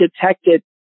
detected